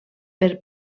per